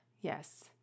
Yes